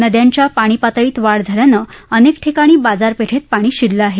नद्यांच्या पाणीपातळीत वाढ झाल्यानं अनेक ठिकाणी बाजारपेठेत पाणी शिरलं आहे